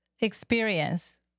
experience